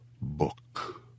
book